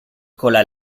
cola